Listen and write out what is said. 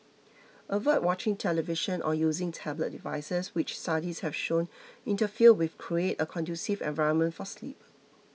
avoid watching television or using tablet devices which studies have shown interfere with create a conducive environment for sleep